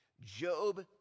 Job